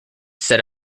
set